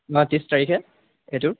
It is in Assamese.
অঁ ত্ৰিছ তাৰিখে এইটো